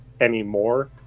anymore